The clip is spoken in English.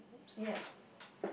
ya